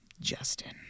Justin